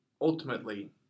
ultimately